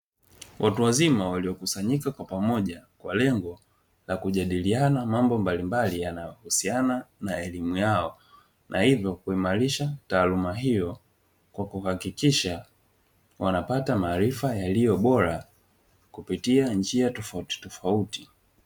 Watu wazima waliokusanyika kwa pamoja kwa lengo la kujadiliana mambo mbalimbali yanayohusiana na elimu yao, na hivyo kuimarisha taaluma hiyo kwa kuhakikisha wanapata maarifa yaliyobora kupitia njia tofautitofauti.